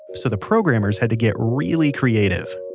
so the programmers had to get really creative